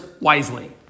wisely